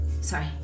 Sorry